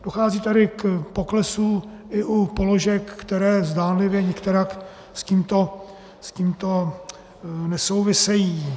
Dochází tady k poklesu i u položek, které zdánlivě nikterak s tímto nesouvisejí.